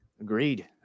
Agreed